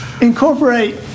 incorporate